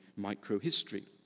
microhistory